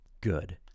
Good